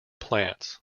plants